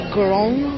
grown